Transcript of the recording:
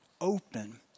open